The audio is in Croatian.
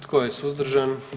Tko je suzdržan?